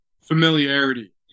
familiarity